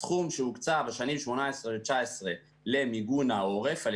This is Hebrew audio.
הסכום שהוקצה בשנים 2019-2018 למיגון העורף על